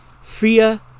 Fear